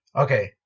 Okay